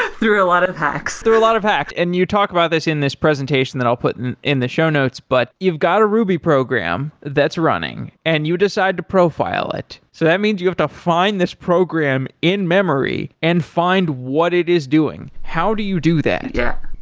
ah through a lot of hacks. through a lot of hacks, and you talked about this in this presentation that i'll put in in the show notes, but you've got a ruby program that's running and you decide to profile it. so that means you have to find this program in memory and find what it is doing. how do you do that? yeah.